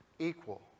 equal